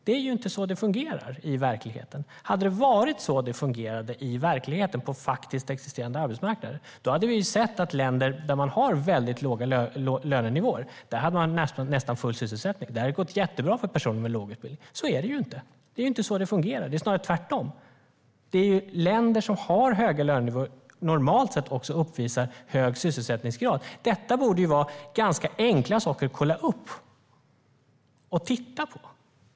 Det är inte så det fungerar i verkligheten. Hade det fungerat så i verkligheten på faktiskt existerande arbetsmarknader hade vi kunnat se att länder med väldigt låga lönenivåer hade haft nästan full sysselsättning och att det hade gått jättebra för personer med låg utbildning. Så är det inte. Det är ju inte så det fungerar. Det är snarare tvärtom så att länder som har höga lönenivåer normalt sett också uppvisar en hög sysselsättningsgrad. Detta borde ju vara en ganska enkel sak att kolla upp och titta på.